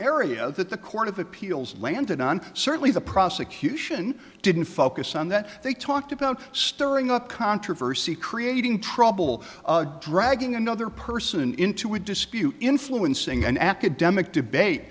area that the court of appeals landed and certainly the prosecution didn't focus on that they talked about stirring up controversy creating trouble dragging another person into a dispute influencing an academic debate